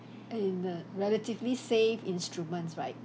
uh in the relatively safe instruments right